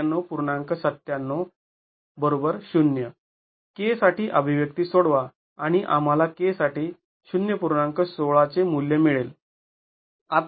१६ चे मूल्य मिळेल